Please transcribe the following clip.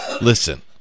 listen